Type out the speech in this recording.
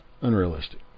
Unrealistic